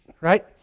right